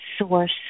source